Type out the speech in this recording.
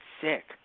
sick